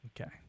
Okay